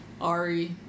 ari